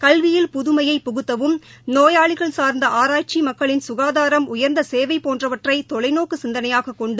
கல்வியில ்புதுமையை புகுத்தவும் நோயாளிகள் சார்ந்த ஆராய்ச்சி மக்களின் சுகாதாரம் உயர்ந்த சேவை போன்றவற்றை தொலைநோக்கு சிந்தனையாகக் கொண்டு